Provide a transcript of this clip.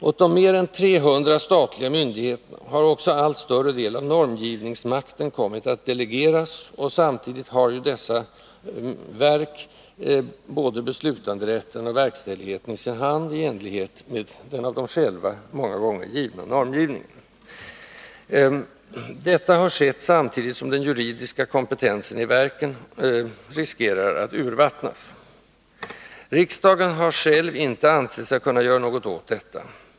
Åt de mer än 300 statliga myndigheterna har också allt större delar av normgivningsmakten kommit att delegeras, och samtidigt har ju dessa verk både beslutanderätten och verkställigheten i sin hand i enlighet med de många gånger av dem själva fastställda normerna. Detta har skett samtidigt som den juridiska kompetensen inom verken riskerar att urvattnas. Riksdagen har själv inte ansett sig kunna göra något åt detta.